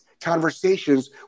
conversations